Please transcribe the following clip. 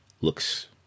looks